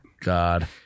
God